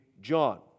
John